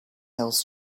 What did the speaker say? else